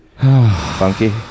Funky